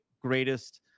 greatest